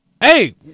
Hey